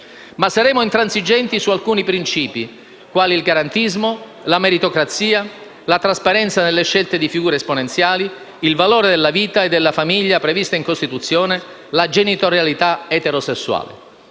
però intransigenti su alcuni principi, quali il garantismo, la meritocrazia, la trasparenza nelle scelte di figure esponenziali, il valore della vita e della famiglia prevista in Costituzione, la genitorialità eterosessuale.